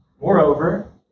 Moreover